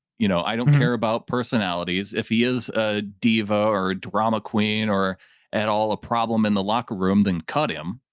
you know i don't care about personalities. if he is a diva or a drama queen or at all, a problem in the locker room, then cut him.